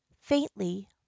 faintly